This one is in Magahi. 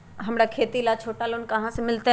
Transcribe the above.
हमरा खेती ला छोटा लोने कहाँ से मिलतै?